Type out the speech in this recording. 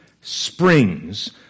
Springs